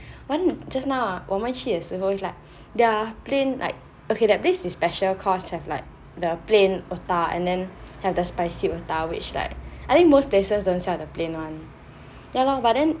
one just now ah 我们去的时候 is like their plain like okay their paste is special cause got like the plain otah and have the spicy otah which like I think most places don't sell the plain one ya lor but then